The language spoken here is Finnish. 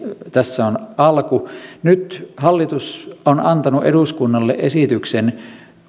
tässä on alku nyt hallitus on antanut eduskunnalle esityksen